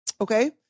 Okay